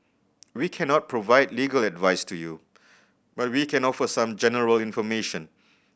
we cannot provide legal advice to you but we can offer some general information